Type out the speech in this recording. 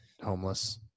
homeless